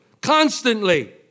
constantly